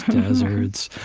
deserts,